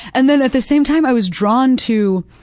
and then at the same time i was drawn to,